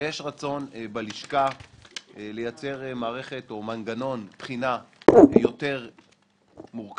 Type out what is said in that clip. שיש רצון בלשכה לייצר מערכת או מנגנון בחינה יותר מורכב,